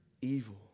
evil